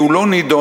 הוא לא נדון,